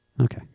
Okay